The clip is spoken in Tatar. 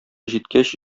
җиткәч